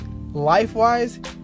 life-wise